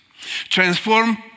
transform